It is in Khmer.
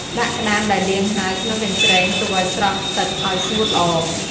ដាក់ក្ដាមដែលលាងហើយក្នុងកញ្ច្រែង ទុកឲ្យស្រក់ទឹកឲ្យស្ងួតល្អ។